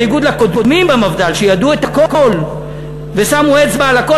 בניגוד לקודמים במפד"ל שידעו את הכול ושמו אצבע על הכול,